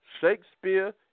Shakespeare